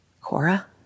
Cora